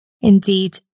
Indeed